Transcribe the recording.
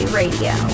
radio